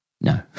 no